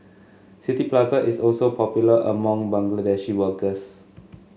City Plaza is also popular among Bangladeshi workers